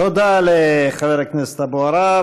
תודה לחבר הכנסת אבו עראר.